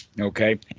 Okay